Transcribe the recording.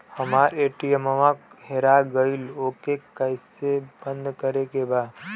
हमरा ए.टी.एम वा हेरा गइल ओ के के कैसे बंद करे के बा?